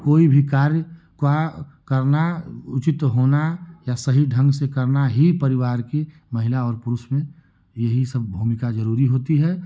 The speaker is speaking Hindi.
कोई भी कार्य का करना उ उचित होना या सही ढंग से करना ही परिवार की महिला और पुरुष में यही सब भूमिका जरूरी होती है